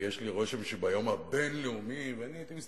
אני לא רוצה להודות לאף אחד,